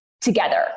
together